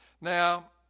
Now